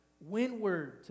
Windward